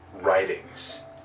writings